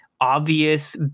obvious